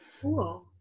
Cool